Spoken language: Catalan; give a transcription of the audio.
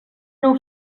nou